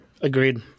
Agreed